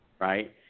right